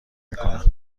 میکنم